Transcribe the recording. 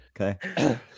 Okay